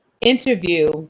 interview